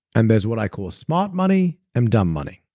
and there's what i call smart money and dumb money.